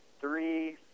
three